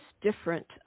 different